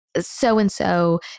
So-and-so